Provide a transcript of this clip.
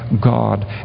God